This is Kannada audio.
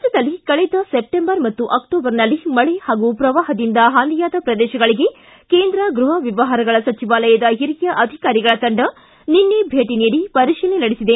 ರಾಜ್ಞದಲ್ಲಿ ಕಳೆದ ಸೆಪ್ಟೆಂಬರ್ ಮತ್ತು ಅಕ್ಟೋಬರ್ನಲ್ಲಿ ಮಳೆ ಹಾಗೂ ಪ್ರವಾಹದಿಂದ ಹಾನಿಯಾದ ಪ್ರದೇಶಗಳಿಗೆ ಕೇಂದ್ರ ಗೃಹ ವ್ಯವಹಾರಗಳ ಸಚಿವಾಲಯದ ಹಿರಿಯ ಅಧಿಕಾರಿಗಳ ತಂಡ ನಿನ್ನೆ ಭೇಟಿ ನೀಡಿ ಪರಿಶೀಲನೆ ನಡೆಸಿದೆ